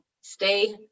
stay